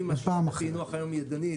אם הפענוח היום ידני,